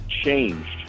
changed